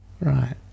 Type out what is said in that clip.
Right